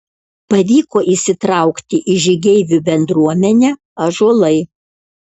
pavyko įsitraukti į žygeivių bendruomenę ąžuolai